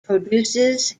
produces